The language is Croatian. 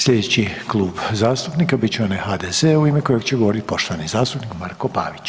Sljedeći klub zastupnika bit će onaj HDZ-a u ime kojeg će govoriti poštovani zastupnik Marko Pavić,